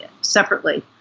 separately